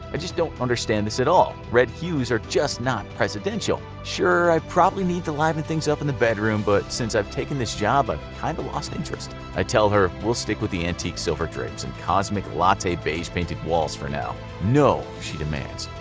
i just don't understand this at all. red hues are just not presidential. sure, i probably need to liven things up in the bedroom, but since i took this job i've kinda lost interest. i tell her we'll stick with the antique silver drapes and cosmic latte beige painted walls for now. no, she demands,